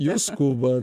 jie skuba